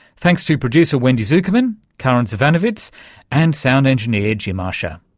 thanks to producer wendy zukerman, karin zsivanovits and sound engineer jim ussher.